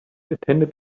attended